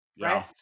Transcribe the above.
right